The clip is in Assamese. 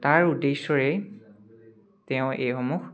তাৰ উদ্দেশ্যৰে তেওঁ এইসমূহ